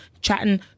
chatting